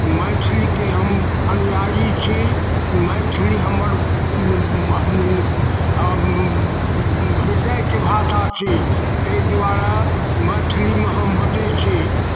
मैथिलीके हम अनुयायी छी मैथिली हमर हृदयके भाषा छी ताहि दुआरे मैथिलीमे हम बजै छी